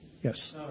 Yes